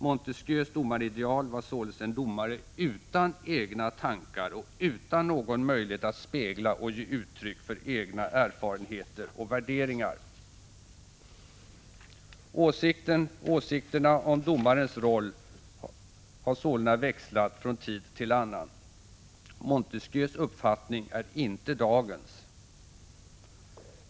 Montesquieus domarideal var således en domare utan egna tankar och utan någon möjlighet att spegla och ge uttryck för egna erfarenheter och värderingar. Åsikterna om domarens roll har sålunda växlat från tid till annan. Montesquieus uppfattning är inte dagens.